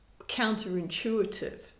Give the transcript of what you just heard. counterintuitive